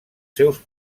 seus